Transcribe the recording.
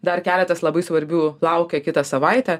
dar keletas labai svarbių laukia kitą savaitę